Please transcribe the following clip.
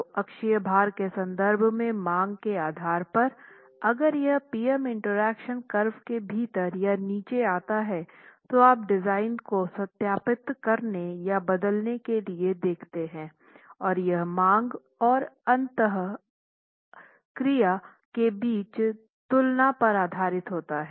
तो अक्षीय भार के संदर्भ में मांग के आधार पर अगर यह पी एम इंटरेक्शन कर्व के भीतर या नीचे आता है तो आप डिज़ाइन को सत्यापित करने या बदलने के लिए देखते हैं और यह मांग और अंतःक्रिया के बीच तुलना पर आधारित होता है